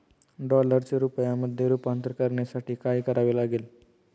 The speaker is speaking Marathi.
डॉलरचे रुपयामध्ये रूपांतर करण्यासाठी काय करावे लागेल?